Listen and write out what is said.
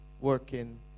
working